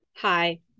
Hi